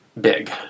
big